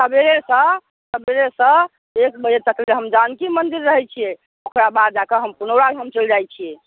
सबेरेसँ सबेरेसँ एक बजे तक लेल हम जानकी मन्दिर रहै छियै तकरा बाद जाकऽ हम पुनौराधाम चलि जाइ छियै